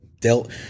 dealt